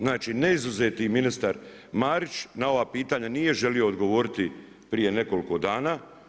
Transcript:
Znači neizuzeti ministar Marić na ova pitanja nije želio odgovoriti prije nekoliko dana.